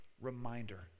reminder